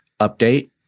update